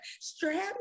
strap